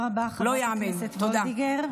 תודה רבה, חברת הכנסת וולדיגר.